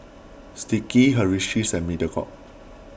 Sticky Hersheys and Mediacorp